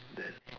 then